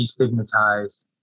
destigmatize